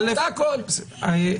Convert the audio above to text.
תודה, הרב מלכא.